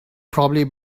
probably